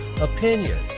opinion